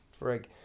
Frig